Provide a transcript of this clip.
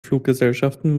fluggesellschaften